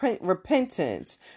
repentance